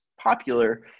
popular